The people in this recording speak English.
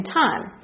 time